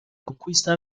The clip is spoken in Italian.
conquista